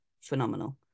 phenomenal